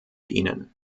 ihnen